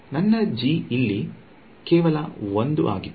ನನ್ನ g ಇಲ್ಲಿ ಕೇವಲ 1 ಆಗಿತ್ತು